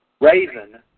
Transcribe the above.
Raven